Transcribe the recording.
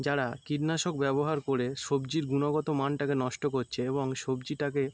যারা কীটনাশক ব্যবহার করে সবজির গুণগতমানটাকে নষ্ট করছে এবং সবজিটাকে